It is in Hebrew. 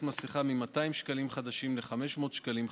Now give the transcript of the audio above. מסכה מ-200 שקלים חדשים ל-500 שקלים חדשים.